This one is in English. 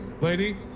lady